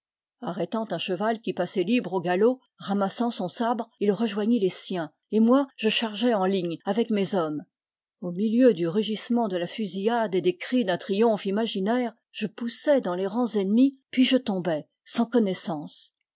arrêtant un cheval qui passait libre au galop ramassant son sabre il rejoignit les siens et moi je chargeai en ligne avec mes hommes au milieu du rugissement de la fusillade et des cris d'un triomphe imaginaire je poussai dans les rangs ennemis puis je tombai sans connaissance